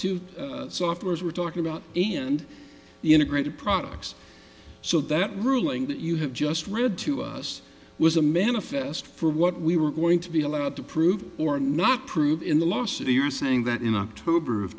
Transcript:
produce software as we're talking about and the integrated products so that ruling that you have just read to us was a manifest for what we were going to be allowed to prove or not prove in the last city you're saying that in october of